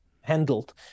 handled